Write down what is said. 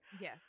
Yes